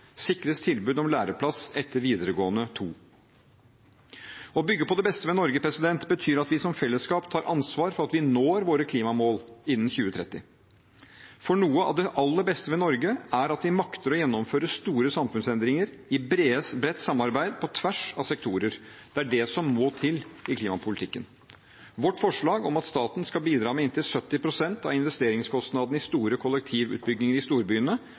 sikres tilbud om læreplass etter videregående trinn 2. Å bygge på det beste ved Norge betyr at vi som fellesskap tar ansvar for at vi når våre klimamål innen 2030. Noe av det aller beste ved Norge er at vi makter å gjennomføre store samfunnsendringer i bredt samarbeid på tvers av sektorer. Det er det som må til i klimapolitikken. Vårt forslag om at staten skal bidra med inntil 70 pst. av investeringskostnadene i store kollektivutbygginger i storbyene,